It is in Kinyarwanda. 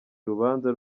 urubanza